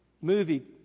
movie